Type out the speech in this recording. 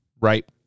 right